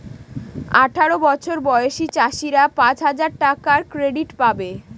আঠারো বছর বয়সী চাষীরা পাঁচ হাজার টাকার ক্রেডিট পাবে